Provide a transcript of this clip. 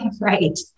Right